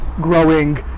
growing